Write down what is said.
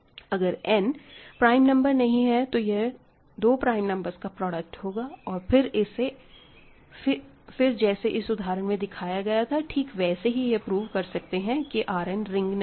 अगर n prime number नहीं है तो यह 2 प्राइम नंबर्स का प्रोडक्ट होगा और फिर जैसे इस उदाहरण में दिखाया गया था ठीक वैसे ही यह प्रूव कर सकते हैं कि R n रिंग नहीं है